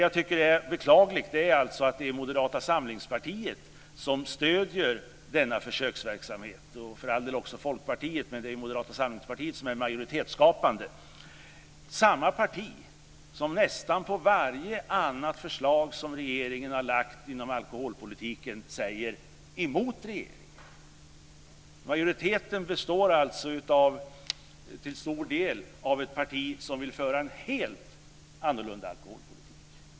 Jag tycker att det är beklagligt att det är Moderata samlingspartiet som stöder denna försöksverksamhet. Det gör för all del också Folkpartiet, men det är Moderata samlingspartiet som är majoritetsskapande. Det är samma parti som säger emot nästan varje annat förslag som regeringen har lagt fram inom alkoholpolitiken. Majoriteten består alltså till stor del av ett parti som vill föra en helt annorlunda alkoholpolitik.